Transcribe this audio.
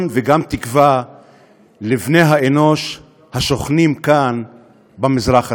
וגם תקווה לבני-האנוש השוכנים כאן במזרח התיכון?